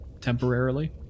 temporarily